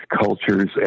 cultures